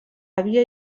àvia